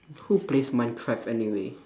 who plays minecraft anyway